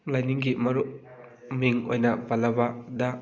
ꯂꯥꯏꯅꯤꯡꯒꯤ ꯃꯤꯡ ꯑꯣꯏꯅ ꯄꯜꯂꯕꯗ